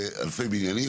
במאות או אלפי בניינים,